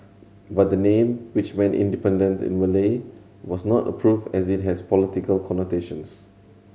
but the name which meant independence in Malay was not approved as it has political connotations